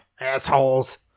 assholes